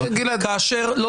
גלעד, דבר.